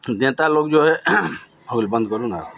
नेता लोग जो है अभी बन करूँ ना